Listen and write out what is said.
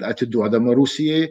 atiduodama rusijai